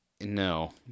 No